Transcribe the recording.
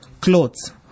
clothes